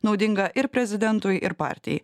naudinga ir prezidentui ir partijai